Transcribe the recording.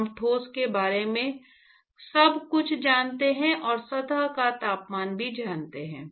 हम ठोस के बारे में सब कुछ जानते हैं और सतह का तापमान भी जानते हैं